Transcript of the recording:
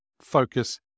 focus